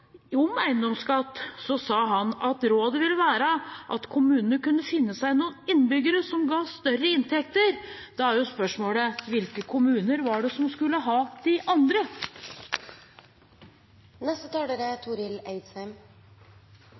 om eiendomsskatt sa han at rådet ville være at kommunene kunne finne seg noen innbyggere som ga større inntekter. Da er jo spørsmålet: Hvilke kommuner var det som skulle ha de andre? Det sosiale sikkerheitsnettet er